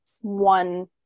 one